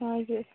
हजुर